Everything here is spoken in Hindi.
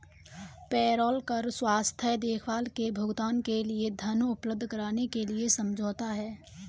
पेरोल कर स्वास्थ्य देखभाल के भुगतान के लिए धन उपलब्ध कराने के लिए समझौता है